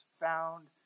found